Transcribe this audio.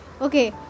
Okay